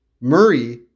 Murray